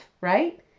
right